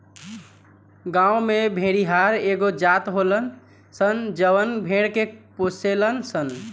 गांव में भेड़िहार एगो जात होलन सन जवन भेड़ के पोसेलन सन